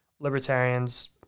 Libertarians